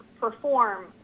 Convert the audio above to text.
perform